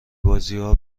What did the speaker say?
بازیا